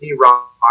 Rock